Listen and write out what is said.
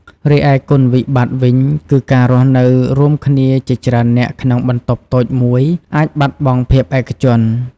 រីឯគុណវិបត្តិវិញគឺ ការរស់នៅរួមគ្នាជាច្រើននាក់ក្នុងបន្ទប់តូចមួយអាចបាត់បង់ភាពឯកជន ។